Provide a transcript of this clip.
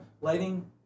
lighting